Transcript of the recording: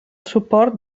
suport